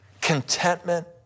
Contentment